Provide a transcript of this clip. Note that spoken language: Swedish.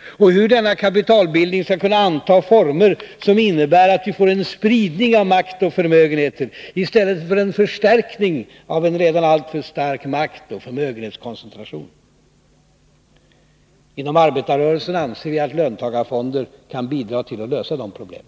och hur denna kapitalbildning skall kunna anta former som innebär att vi får en spridning av makt och förmögenheter i stället för en förstärkning av en redan alltför stark maktoch förmögenhetskoncentration. Inom arbetarrörelsen anser vi att löntagarfonder kan bidra till att lösa dessa problem.